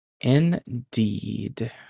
Indeed